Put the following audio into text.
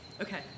Okay